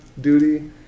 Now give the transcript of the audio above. Duty